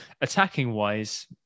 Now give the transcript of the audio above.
Attacking-wise